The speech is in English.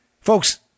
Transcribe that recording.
Folks